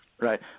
Right